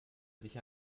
sich